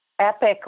epic